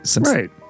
right